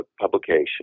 publication